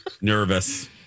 Nervous